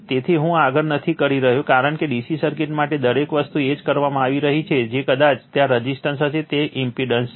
તેથી હું આગળ નથી કરી રહ્યો કારણ કે DC સર્કિટ માટે દરેક વસ્તુ એ જ કરવામાં આવી રહી છે કે કદાચ ત્યાં રઝિસ્ટન્સ હશે અહીં તે ઇમ્પેડન્સ છે